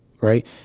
right